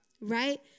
right